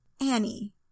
Annie